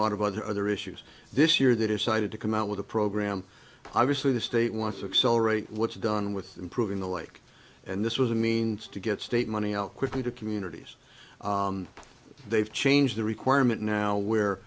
lot of other other issues this year that is cited to come out with a program obviously the state wants to accelerate what's done with improving the lake and this was a means to get state money out quickly to communities they've changed the requirement now where